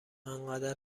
آنقدر